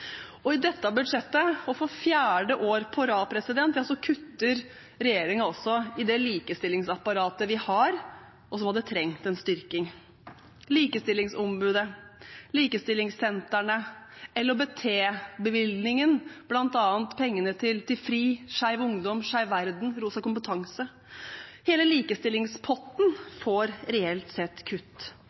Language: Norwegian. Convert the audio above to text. Og i dette budsjettet – og for fjerde år på rad – kutter regjeringen også i det likestillingsapparatet vi har, som hadde trengt en styrking: Likestillingsombudet, likestillingssentrene, LHBT-bevilgningen, bl.a. pengene til FRI, Skeiv Ungdom, Skeiv Verden og Rosa kompetanse. Hele likestillingspotten får reelt sett kutt.